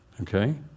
okay